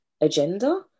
agenda